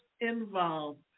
involved